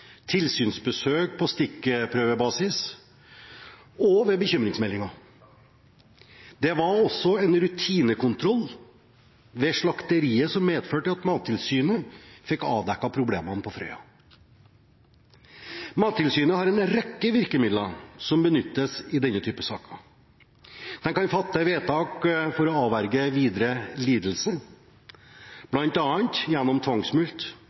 tilsynsbesøk på stikkprøvebasis og ved bekymringsmeldinger. Det var også en rutinekontroll ved slakteriet som medførte at Mattilsynet fikk avdekket problemene ved Frøya. Mattilsynet har en rekke virkemidler som benyttes i denne typen saker. De kan fatte vedtak for å avverge videre lidelse, bl.a. gjennom tvangsmulkt